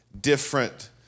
different